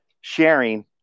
sharing